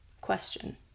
Question